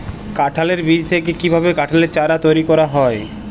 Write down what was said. কাঁঠালের বীজ থেকে কীভাবে কাঁঠালের চারা তৈরি করা হয়?